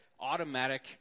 automatic